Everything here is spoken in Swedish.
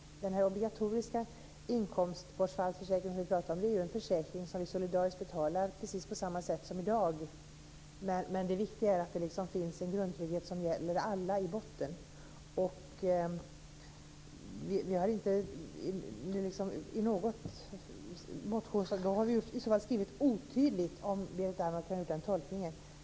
Den obligatoriska inkomstbortfallsförsäkringen betalar vi ju solidariskt, precis på samma sätt som i dag. Men det viktiga är att det i botten finns en grundtrygghet som gäller alla. Vi måste ha uttryckt oss otydligt om Berit Andnor har gjort den tolkningen.